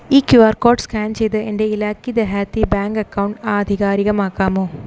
ഈ Q R code scan ചെയ്ത് എൻ്റെ ഇലാക്കി ദെഹാതി ബാങ്ക് അക്കൗണ്ട് ആധികാരികമാക്കാമോ